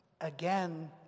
Again